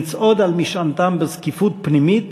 לצעוד על משענתם בזקיפות פנימית,